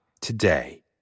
today